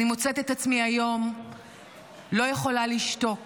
אני מוצאת את עצמי היום לא יכולה לשתוק